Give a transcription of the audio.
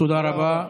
תודה רבה.